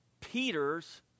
Peter's